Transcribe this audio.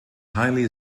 highly